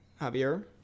Javier